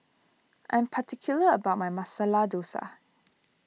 I am particular about my Masala Dosa